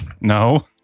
No